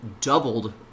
doubled